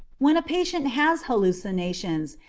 when a patient has hallucinations,